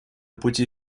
пути